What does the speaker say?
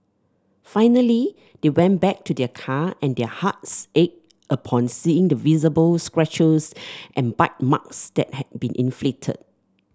finally they went back to their car and their hearts ached upon seeing the visible scratches and bite marks that had been inflicted